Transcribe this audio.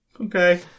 Okay